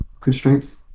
constraints